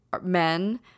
men